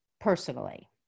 personally